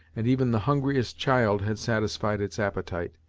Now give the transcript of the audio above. and even the hungriest child had satisfied its appetite.